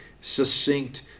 succinct